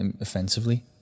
offensively